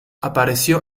apareció